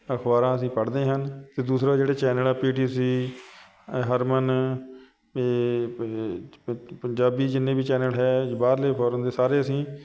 ਅਖਬਾਰਾਂ ਅਸੀਂ ਪੜ੍ਹਦੇ ਹਨ ਅਤੇ ਦੂਸਰਾ ਜਿਹੜੇ ਚੈਨਲ ਹੈ ਪੀ ਟੀ ਸੀ ਹਰਮਨ ਪੰਜਾਬੀ ਜਿੰਨੇ ਵੀ ਚੈਨਲ ਹੈ ਬਾਹਰਲੇ ਫੋਰਨ ਦੇ ਸਾਰੇ ਅਸੀਂ